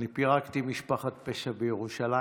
אני פירקתי משפחת פשע בירושלים.